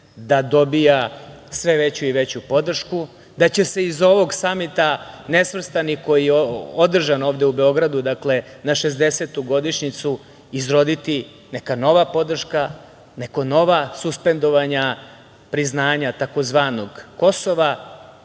da dobija sve veću i veću podršku, da će se iz ovog Samita nesvrstanih koji je održan ovde u Beogradu, na 60. godišnjicu izroditi neka nova podrška, neka nova suspendovanja priznanja tzv. Kosova. Oni,